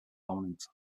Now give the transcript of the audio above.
dominant